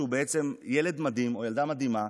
שהוא ילד מדהים או ילדה מדהימה,